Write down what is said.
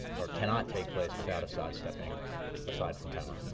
or cannot take place without assad stepping aside from power.